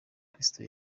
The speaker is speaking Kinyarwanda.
kristo